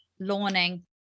Lawning